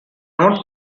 not